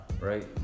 Right